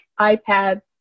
iPad